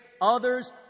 others